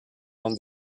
man